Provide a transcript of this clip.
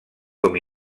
com